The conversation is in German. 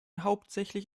hauptsächlich